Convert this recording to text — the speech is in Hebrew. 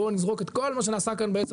בואו נזרוק את כל מה שנעשה כאן בעשר